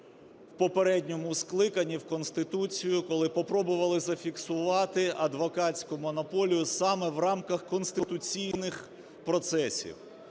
в попередньому скликанні в Конституцію, коли попробували зафіксувати адвокатську монополію саме в рамках конституційних процесів.